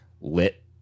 Lit